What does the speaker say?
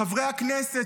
חברי הכנסת,